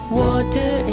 water